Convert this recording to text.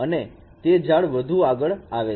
અને તે જાળ વધુ આગળ આવે છે